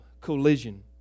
collision